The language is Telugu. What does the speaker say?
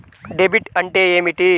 డెబిట్ అంటే ఏమిటి?